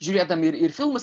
žiūrėdami ir ir filmus